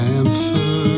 answer